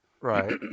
Right